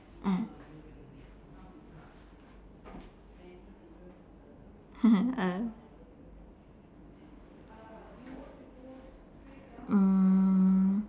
ah uh mm